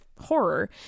horror